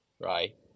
right